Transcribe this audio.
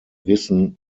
wissen